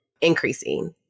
increasing